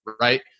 right